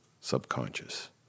subconscious